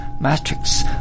matrix